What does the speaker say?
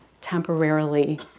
Temporarily